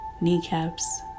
kneecaps